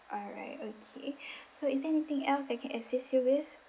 alright okay so is there anything else that I can assist you with